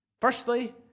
firstly